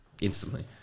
instantly